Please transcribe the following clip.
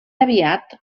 aviat